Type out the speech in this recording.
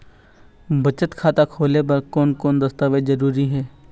बचत खाता खोले बर कोन कोन दस्तावेज जरूरी हे?